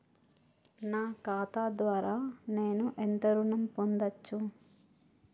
నా ఖాతా ద్వారా నేను ఎంత ఋణం పొందచ్చు?